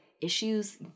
issues